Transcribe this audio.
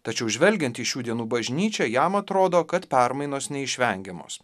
tačiau žvelgiant į šių dienų bažnyčią jam atrodo kad permainos neišvengiamos